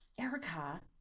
Erica